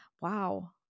wow